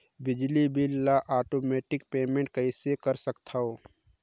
बिजली बिल ल automatic payment कइसे कर सकथव?